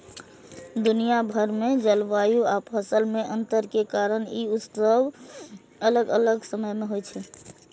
दुनिया भरि मे जलवायु आ फसल मे अंतर के कारण ई उत्सव अलग अलग समय मे होइ छै